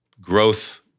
growth